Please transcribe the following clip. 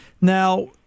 Now